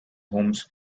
homes